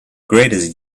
greatest